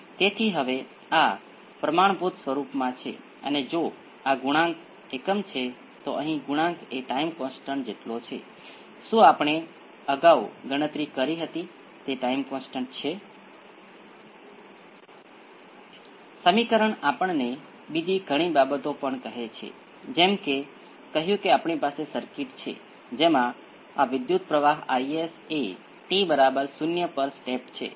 તેથી અહીં લાક્ષણિક સમીકરણ જો તમે આ પ્રકારના V c નો ઉકેલ ધારો તો સરવાળો V શૂન્ય એક્સ્પોનેંસિયલ pt નું લાક્ષણિકતા સમીકરણ 2 × p વર્ગ a 1 × p 1 એ 0 હશે